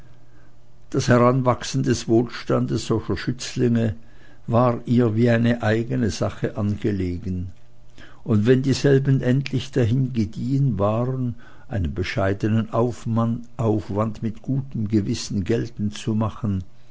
das heranwachsen des wohlstandes solcher schützlinge war ihr wie eine eigene sache angelegen und wenn dieselben endlich dahin gediehen waren einen bescheidenen aufwand mit gutem gewissen geltend zu machen